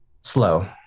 slow